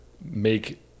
make